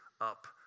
up